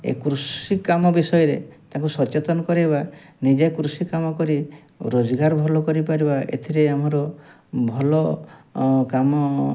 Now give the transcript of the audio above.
କୃଷି କାମ ବିଷୟରେ ତାଙ୍କୁ ସଚେତନ କରେଇବା ନିଜେ କୃଷି କାମ କରି ରୋଜଗାର ଭଲ କରି ପାରିବା ଏଥିରେ ଆମର ଭଲ କାମ